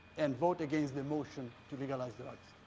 and vote against the motion to legalize drugs.